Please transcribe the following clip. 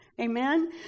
Amen